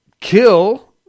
kill